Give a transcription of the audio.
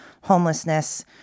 homelessness